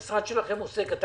המשרד שלכם עוסק בזה,